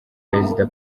perezida